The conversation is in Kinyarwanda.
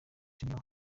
nyirawo